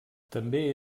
també